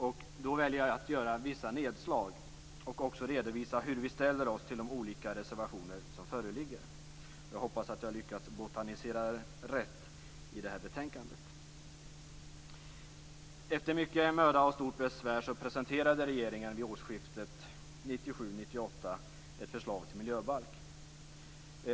I stället väljer jag att göra vissa nedslag och att redovisa hur vi ställer oss till de olika reservationer som föreligger. Jag hoppas att jag har lyckats botanisera rätt i det här betänkandet. Efter mycken möda och stort besvär presenterade regeringen vid årsskiftet 1997/98 ett förslag till miljöbalk.